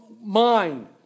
mind